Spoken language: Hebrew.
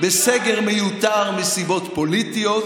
בסגר מיותר מסיבות פוליטיות,